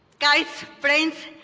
guys brains,